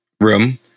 room